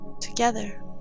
together